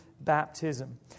baptism